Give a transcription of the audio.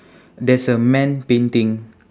there's a man painting